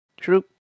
True